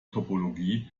topologie